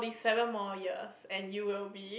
seven more years and you will be